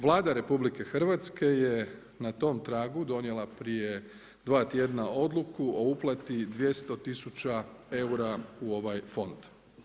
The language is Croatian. Vlada RH je na tom tragu donijela prije dva tjedna odluku o uplati 200 tisuća eura u ovaj fond.